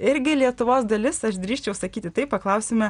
irgi lietuvos dalis aš drįsčiau sakyti taip paklausime